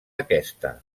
aquesta